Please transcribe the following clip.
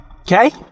Okay